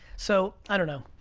so i don't know,